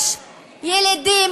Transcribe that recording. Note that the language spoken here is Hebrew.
יש ילידים,